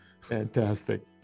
Fantastic